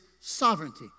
sovereignty